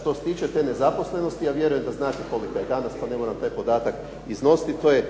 Što se tiče te nezaposlenosti ja vjerujem da znate kolika je danas, to ne moram taj podatak iznositi. To je